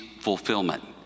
fulfillment